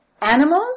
animals